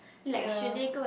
ya